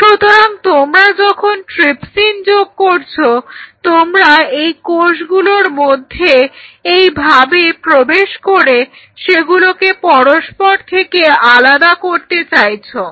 সুতরাং তোমরা যখন ট্রিপসিন যোগ করছো তোমরা এই কোষগুলোর মধ্যে এইভাবে প্রবেশ করে সেগুলোকে পরস্পর থেকে আলাদা করতে চাইছো